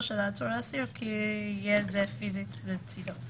של העצור או האסיר כי יהיה זה פיזית לצידו".